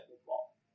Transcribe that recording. football